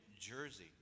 jersey